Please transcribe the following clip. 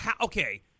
okay